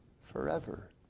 forever